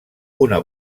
una